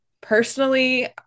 personally